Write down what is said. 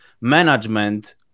management